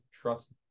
trust